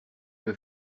que